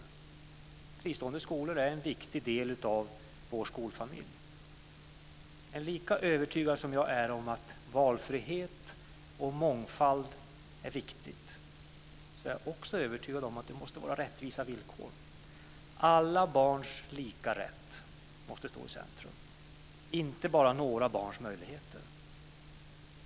Fristående skolor är en viktig del av vår skolfamilj. Men lika övertygad som jag är om att valfrihet och mångfald är viktiga, lika övertygad är jag om att det också måste vara rättvisa villkor. Alla barns lika rätt måste stå i centrum, inte bara några barns möjligheter.